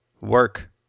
work